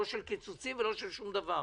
לא של קיצוצים ולא של שום דבר.